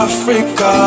Africa